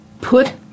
put